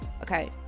Okay